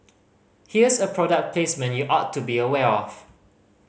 here's a product placement you ought to be aware of